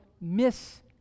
miss